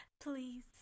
Please